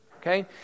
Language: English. okay